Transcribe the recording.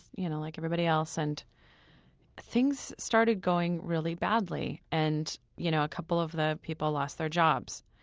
you know like everybody else. and things started going really badly. and you know a couple of the people lost their jobs.